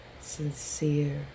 sincere